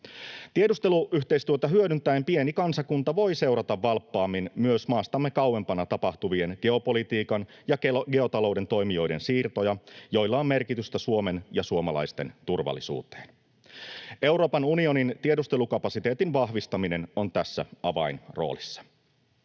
Tiedusteluyhteistyötä hyödyntäen pieni kansakunta voi seurata valppaammin myös maastamme kauempana tapahtuvia geopolitiikan ja geotalouden toimijoiden siirtoja, joilla on merkitystä Suomen ja suomalaisten turvallisuudelle. Euroopan unionin tiedustelukapasiteetin vahvistaminen on tässä avainroolissa.